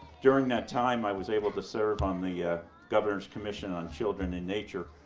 during that time, i was able to serve on the ah governor's commission on children and nature,